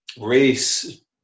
Race